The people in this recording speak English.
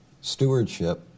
stewardship